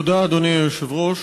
עוד לא נענה על-ידי שר הבריאות,